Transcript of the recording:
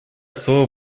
слово